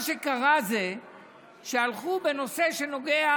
מה שקרה זה שהלכו בנושא שנוגע